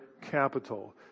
capital